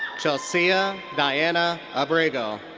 chelssea dayana abrego.